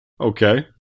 Okay